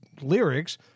lyrics